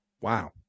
Wow